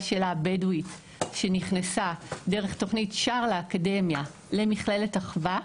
בדואית שלה שנכנסה דרך תוכנית שער לאקדמיה למכללת אחווה,